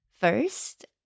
First